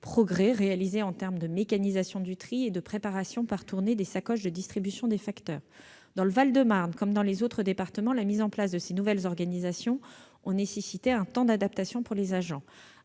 progrès réalisés en termes de mécanisation du tri et de préparation par tournée des sacoches de distribution des facteurs. Dans le Val-de-Marne, comme dans les autres départements, la mise en place de ces nouvelles organisations a nécessité un temps d'adaptation pour les agents.